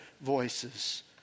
voices